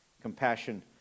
Compassion